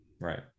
Right